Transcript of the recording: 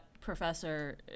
professor